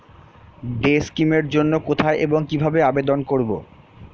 Day scheme এর জন্য কোথায় এবং কিভাবে আবেদন করব?